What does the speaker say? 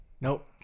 Nope